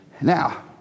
Now